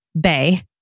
bay